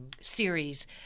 series